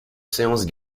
séances